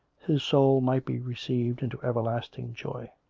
his soul might be received into everlasting joy.